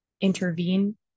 intervene